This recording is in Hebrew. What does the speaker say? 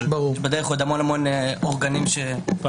אבל יש בדרך עוד המון אורגנים של החברה.